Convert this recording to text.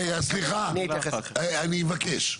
רגע סליחה אני מבקש,